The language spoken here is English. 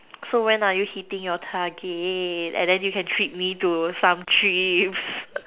so when are you hitting your target and then you can treat me to some trips